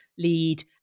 lead